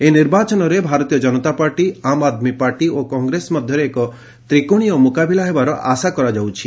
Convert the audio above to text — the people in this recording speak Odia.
ଏହି ନିର୍ବାଚନରେ ଭାରତୀୟ ଜନତା ପାର୍ଟି ଆମ୍ ଆଦ୍ମୀ ପାର୍ଟି ଓ କଂଗ୍ରେସ ମଧ୍ୟରେ ଏକ ତ୍ରିକୋଣୀୟ ମୁକାବିଲା ହେବାର ଆଶା କରାଯାଉଛି